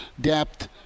depth